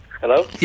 Hello